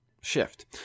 shift